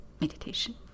meditation